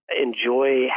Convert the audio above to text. enjoy